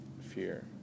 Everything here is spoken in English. fear